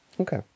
okay